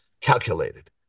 calculated